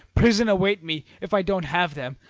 prison await me if i don't have them.